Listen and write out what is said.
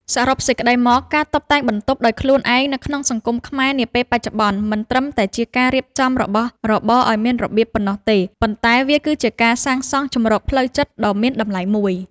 សរុបសេចក្ដីមក ការតុបតែងបន្ទប់ដោយខ្លួនឯងនៅក្នុងសង្គមខ្មែរនាពេលបច្ចុប្បន្ន មិនត្រឹមតែជាការរៀបចំរបស់របរឱ្យមានរបៀបប៉ុណ្ណោះទេ ប៉ុន្តែវាគឺជាការសាងសង់ជម្រកផ្លូវចិត្តដ៏មានតម្លៃមួយ។